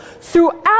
throughout